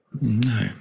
No